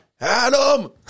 Adam